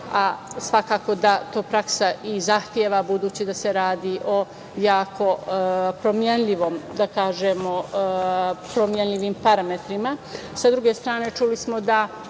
a svakako da to praksa i zahteva budući da se radi o jako promenljivom, da kažemo, parametrima. Sa druge strane, čuli smo da